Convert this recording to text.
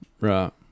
Right